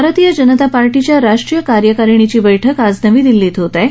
भारतीय जनता पार्टीच्या राष्ट्रीय कार्यकारिणीची बैठक आज नवी दिल्लीत होत आहे